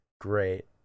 great